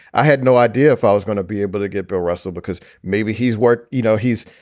i had no idea if i was going to be able to get bill russell because maybe he's work. you know, he's